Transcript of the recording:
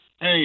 hey